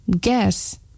Guess